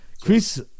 Chris